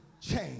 change